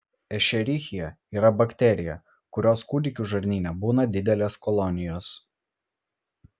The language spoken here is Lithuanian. ešerichija yra bakterija kurios kūdikių žarnyne būna didelės kolonijos